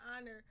honor